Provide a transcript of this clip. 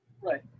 Right